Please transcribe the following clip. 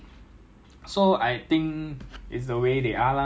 but 我看过有人喊来喊去 but 算了 lah